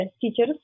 teachers